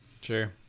Sure